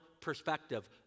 perspective